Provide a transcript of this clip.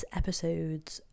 episode's